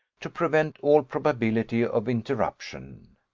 to prevent all probability of interruption.